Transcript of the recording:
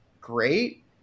great